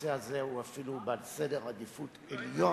שהנושא הזה הוא אפילו בעל עדיפות עליונה.